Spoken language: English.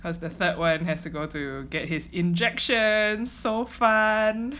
as the third one has to go to get his injection so fun